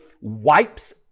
wipes